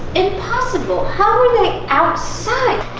impossible! how are they outside?